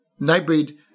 Nightbreed